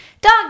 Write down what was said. dog